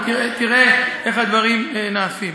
ותראה איך הדברים נעשים.